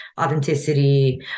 authenticity